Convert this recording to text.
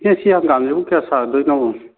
ꯏꯅꯦ ꯑꯁꯤ ꯍꯪꯒꯥꯝꯁꯤꯕꯨ ꯀꯌꯥ ꯁꯥꯗꯣꯏꯅꯣ